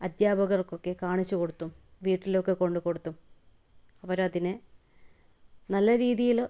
അധ്യാപകർക്കൊക്കെ കാണിച്ചു കൊടുത്തും വീട്ടിലൊക്കെ കൊണ്ട് കൊടുത്തും അവർ അതിനെ നല്ല രീതിയിൽ